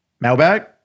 Mailbag